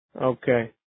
Okay